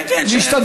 כן, כן.